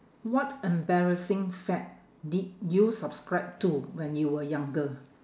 what embarrassing fad did you subscribe to when you were younger